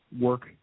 work